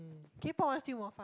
K-pop one still more fun